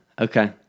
okay